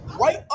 Right